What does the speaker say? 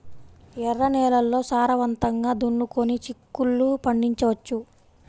ఎర్ర నేలల్లో సారవంతంగా దున్నుకొని చిక్కుళ్ళు పండించవచ్చు